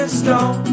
stone